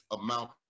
amount